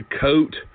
coat